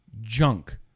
Junk